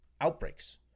outbreaks